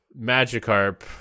Magikarp